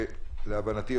להבנתי,